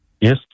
Yes